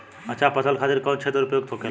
अच्छा फसल खातिर कौन क्षेत्र उपयुक्त होखेला?